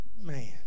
man